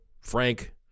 Frank